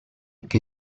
che